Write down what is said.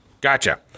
Gotcha